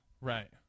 Right